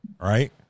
Right